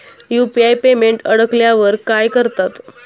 UPI payment अडकल्यावर काय करतात?